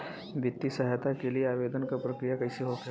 वित्तीय सहायता के लिए आवेदन क प्रक्रिया कैसे होखेला?